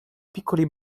piccoli